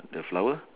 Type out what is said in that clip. the flower